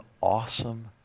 awesome